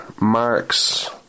marks